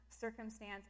circumstance